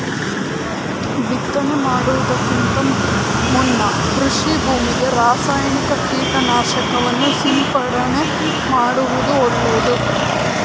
ಬಿತ್ತನೆ ಮಾಡುವುದಕ್ಕಿಂತ ಮುನ್ನ ಕೃಷಿ ಭೂಮಿಗೆ ರಾಸಾಯನಿಕ ಕೀಟನಾಶಕವನ್ನು ಸಿಂಪಡಣೆ ಮಾಡುವುದು ಒಳ್ಳೆದು